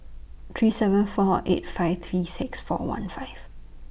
three seven four eight five three six four one five